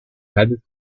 hadith